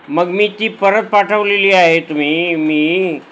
मग मी ती परत पाठवलेली आहे तुम्ही मी